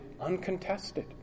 uncontested